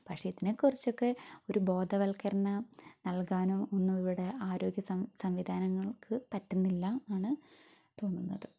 പക്ഷെ ഇതിനെക്കുറിച്ചൊക്കെ ഒരു ബോധവത്ക്കരണം നൽകാനും ഒന്നു ഇവിടെ ആരോഗ്യ സംവി സംവിധാനങ്ങൾക്ക് പറ്റുന്നില്ലാന്നാണ് തോന്നുന്നത്